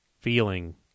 feeling